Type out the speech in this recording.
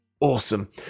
awesome